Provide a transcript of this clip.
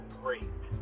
great